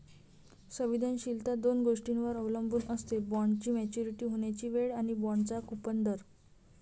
संवेदनशीलता दोन गोष्टींवर अवलंबून असते, बॉण्डची मॅच्युरिटी होण्याची वेळ आणि बाँडचा कूपन दर